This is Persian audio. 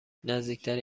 نزدیکترین